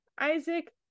Isaac